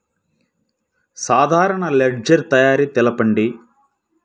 సాధారణ లెడ్జెర్ తయారి తెలుపండి?